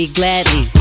gladly